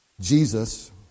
Jesus